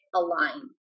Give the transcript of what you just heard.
align